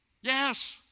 Yes